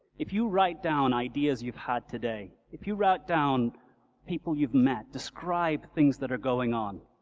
if you write down ideas you've had today, if you write down people you've met, describe things that are going on,